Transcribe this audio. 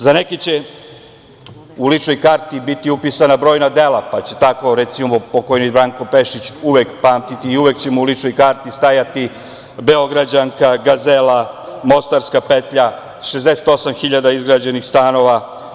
Za neke će u ličnoj karti biti upisana brojna dela, pa će tako, recimo, pokojni Branko Pešić uvek pamtiti i uvek će mu u ličnoj karti stajati Beograđanka, Gazela, Mostarska petlja, 68.000 izgrađenih stanova.